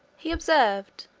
he observed,